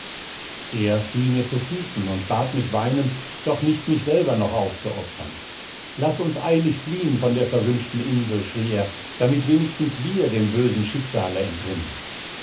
er fiel mir zu füßen und bat mich weinend doch nicht mich selber noch aufzuopfern laß uns eilig fliehen von der verwünschten insel schrie er damit wenigstens wir dem bösen schicksale entrinnen